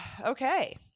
Okay